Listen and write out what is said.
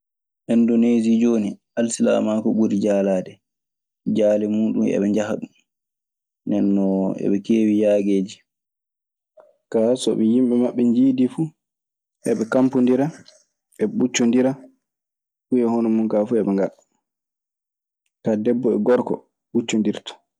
Endoneesi jooni alsilamaagu ɓuri jaalaade. Jaale muuɗun eɓe njaha ɗun. Nden non eɓe keewi yaageeji. Kaa, so yimɓe maɓɓe njiidii fuu. Eɓe kampondira. Eɓe ɓuccondira. Ɗun e hono mun kaa fuu eɓe ngaɗa. Kaa, debbo e gorko ɓuccondirtaa.